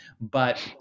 But-